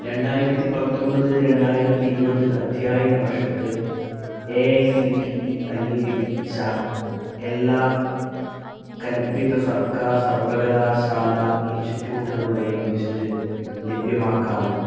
രണ്ടായിരത്തി പത്തൊൻപത് രണ്ടായിരത്തി ഇരുപത് അദ്ധ്യായന വർഷത്തിൽ A I C T E അംഗീകരിച്ച എല്ലാ കൽപ്പിത സർക്കാർ സർവകലാശാല ഇൻസ്റ്റിറ്റൃൂട്ടുകളുടെയും ലിസ്റ്റ് ലഭ്യമാക്കാമോ